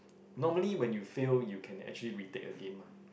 normally when you fail you can actually retake again mah